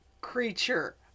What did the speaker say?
creature